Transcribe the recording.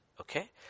okay